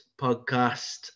podcast